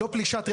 לא פלישה טרייה.